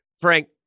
Frank